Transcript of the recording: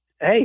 hey